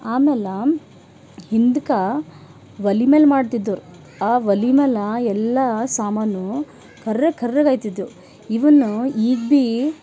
ಆಮೇಲೆ ಹಿಂದಕ್ಕಒಲೆ ಮ್ಯಾಲ ಮಾಡ್ತಿದ್ದೋರು ಆ ಒಲೆ ಮ್ಯಾಲ ಎಲ್ಲ ಸಾಮಾನು ಕರ್ರ್ ಕರ್ರಾಗ್ತಿದ್ವು ಇವನ್ನು ಈಗ ಭೀ